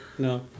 No